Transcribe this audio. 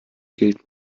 gilt